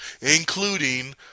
including